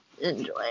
enjoy